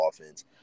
offense